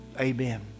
Amen